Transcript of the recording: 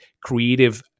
creative